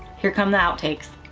here come the outtakes.